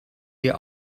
wir